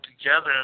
together